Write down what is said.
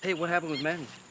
what happened with manny?